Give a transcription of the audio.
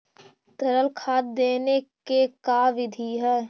तरल खाद देने के का बिधि है?